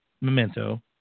Memento